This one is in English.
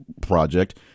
project